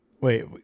Wait